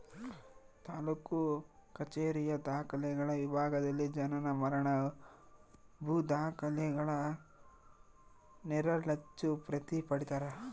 ತಾಲೂಕು ಕಛೇರಿಯ ದಾಖಲೆಗಳ ವಿಭಾಗದಲ್ಲಿ ಜನನ ಮರಣ ಭೂ ದಾಖಲೆಗಳ ನೆರಳಚ್ಚು ಪ್ರತಿ ಪಡೀತರ